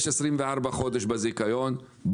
יש 24 חודש בזיכיון,